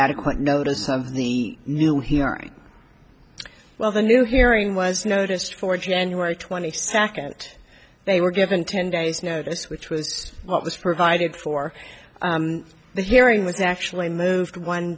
adequate notice of the new hearing well the new hearing was noticed for january twenty second they were given ten days notice which was what this provided for the hearing was actually moved one